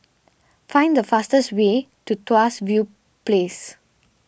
find the fastest way to Tuas View Place